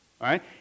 right